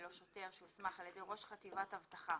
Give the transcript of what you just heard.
או שוטר שהוסמך על ידי ראש חטיבת אבטחה